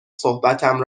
صحبتم